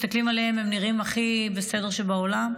מסתכלים עליהם והם נראים הכי בסדר שבעולם,